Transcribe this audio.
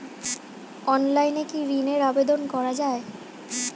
অনলাইনে কি ঋণের আবেদন করা যায়?